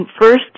first